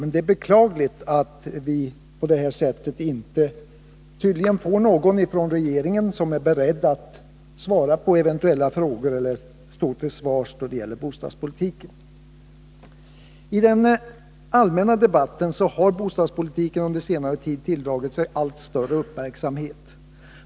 Men det är beklagligt att vi på det här sättet tydligen inte får någon talare från regeringen som är beredd att svara på eventuella frågor — eller stå till svars — då det gäller bostadspolitiken. I den allmänna debatten har bostadspolitiken under senare tid tilldragit sig allt större uppmärksamhet.